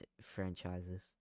franchises